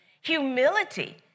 Humility